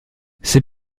c’est